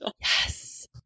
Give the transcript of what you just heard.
yes